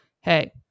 Hey